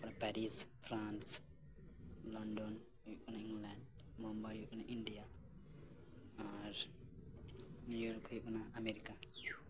ᱛᱟᱨᱯᱚᱨ Paris France London ᱦᱩᱭᱜ ᱠᱟᱱᱟ ᱤᱝᱞᱮᱱᱰ ᱢᱩᱢᱵᱟᱭ ᱦᱩᱭᱩᱜ ᱠᱟᱱᱟ ᱤᱱᱰᱤᱭᱟ ᱟᱨ ᱱᱤᱭᱩ ᱤᱭᱚᱨᱠ ᱦᱩᱭᱩᱜ ᱠᱟᱱᱟ ᱟᱢᱮᱨᱤᱠᱟ